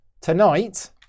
tonight